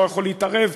להתערב,